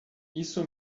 isso